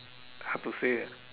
hard to say lah